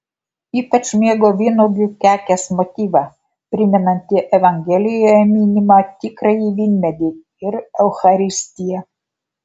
ypač mėgo vynuogių kekės motyvą primenantį evangelijoje minimą tikrąjį vynmedį ir eucharistiją